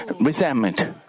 resentment